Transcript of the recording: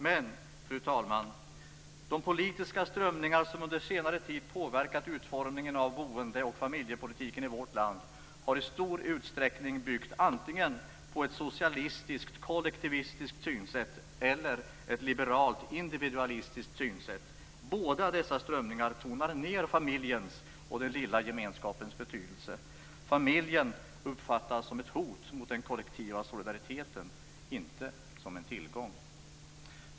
Men, fru talman, de politiska strömningar som under senare tid påverkat utformningen av boende och familjepolitiken i vårt land har i stor utsträckning byggt antingen på ett socialistiskt, kollektivistiskt synsätt eller på ett liberalt, individualistiskt synsätt. Båda dessa strömningar tonar ned familjens och den lilla gemenskapens betydelse. Familjen uppfattas som ett hot mot den kollektiva solidariteten - inte som en tillgång.